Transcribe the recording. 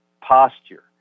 posture